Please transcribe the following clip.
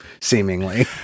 seemingly